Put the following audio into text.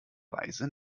weise